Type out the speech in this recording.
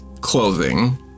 clothing